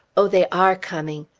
oh, they are coming!